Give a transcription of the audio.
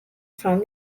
from